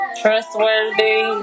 trustworthy